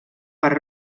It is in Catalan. per